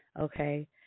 okay